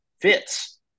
fits